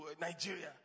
Nigeria